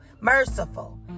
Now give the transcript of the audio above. Merciful